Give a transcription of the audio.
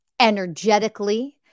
energetically